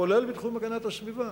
כולל בתחום הגנת הסביבה.